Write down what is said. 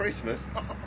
Christmas